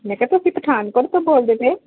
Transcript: ਮੈਂ ਕਿਹਾ ਤੁਸੀਂ ਪਠਾਨਕੋਟ ਤੋਂ ਬੋਲਦੇ ਪਏ